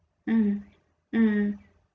mm mm